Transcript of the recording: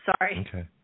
Sorry